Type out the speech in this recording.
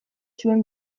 zuen